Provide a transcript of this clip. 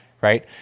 right